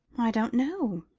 i don't know.